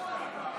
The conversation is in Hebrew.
בשמות חברי הכנסת)